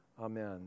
Amen